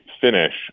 finish